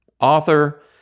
author